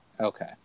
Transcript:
Okay